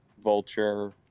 Vulture